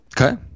Okay